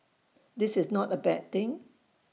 this is not A bad thing